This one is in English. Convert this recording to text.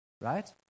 Right